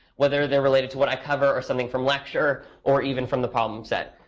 whether they're related to what i cover or something from lecture or even from the problem set.